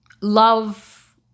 love